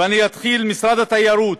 ואני אתחיל במשרד התיירות,